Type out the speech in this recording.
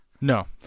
No